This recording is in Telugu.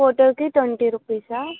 ఫోటోకి ట్వంటీ రూపీసా